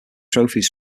trophies